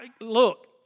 Look